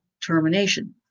termination